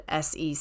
SEC